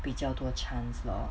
比较多 chance lor